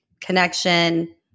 connection